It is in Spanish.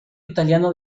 italiano